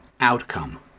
outcome